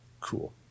Cool